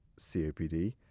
COPD